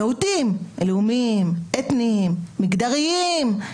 מיעוטים, לאומים אתניים, מגדריים.